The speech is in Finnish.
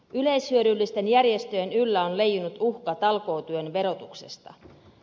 yleishyödyllisten järjestöjen yllä on leijunut uhka talkootyön verotuksesta